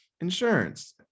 insurance